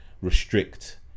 restrict